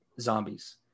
zombies